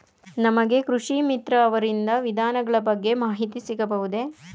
ನಮಗೆ ಕೃಷಿ ಮಿತ್ರ ಅವರಿಂದ ವಿಧಾನಗಳ ಬಗ್ಗೆ ಮಾಹಿತಿ ಸಿಗಬಹುದೇ?